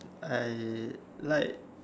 I like